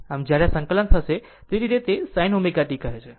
આમ જ્યારે આ સંકલન થશે તે જ છે જેને sin ω t કહે છે